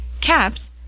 Caps